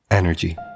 energy